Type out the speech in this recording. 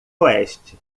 oeste